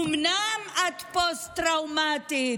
אומנם את פוסט-טראומטית,